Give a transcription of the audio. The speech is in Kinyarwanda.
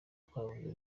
twavuze